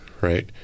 right